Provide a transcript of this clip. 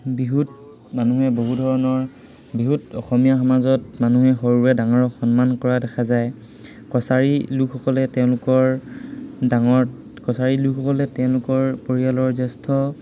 বিহুত মানুহে বহু ধৰণৰ বিহুত অসমীয়া সমাজত মানুহে সৰুৰে ডাঙৰক সন্মান কৰা দেখা যায় কছাৰী লোকসকলে তেওঁলোকৰ ডাঙৰ কছাৰী লোকসকলে তেওঁলোকৰ পৰিয়ালৰ জ্যেষ্ঠ